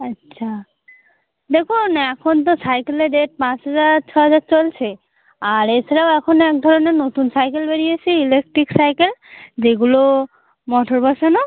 আচ্ছা দেখুন এখন তো সাইকেলের রেট পাঁচ হাজার ছ হাজার চলছে আর এছাড়াও এখন এক ধরনের নতুন সাইকেল বেরিয়েছে ইলেকট্রিক সাইকেল যেগুলো মোটর বসানো